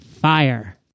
FIRE